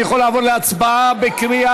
אני יכול לעבור להצבעה בקריאה,